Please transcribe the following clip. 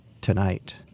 tonight